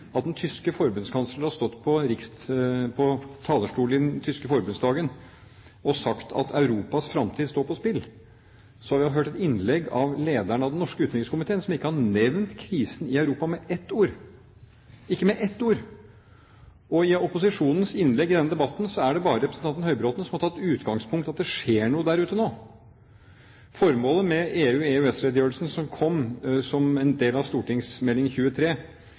den tyske forbundskansleren har stått på talerstolen i den tyske forbundsdagen og sagt at Europas fremtid står på spill, har vi hørt et innlegg av lederen av den norske utenrikskomiteen som ikke har nevnt krisen i Europa med ett ord – ikke med ett ord! I opposisjonens innlegg i denne debatten er det bare representanten Høybråten som har tatt utgangspunkt i at det skjer noe der ute nå. Formålet med EU- og EØS-redegjørelsen som kom som en del av St.meld. nr. 23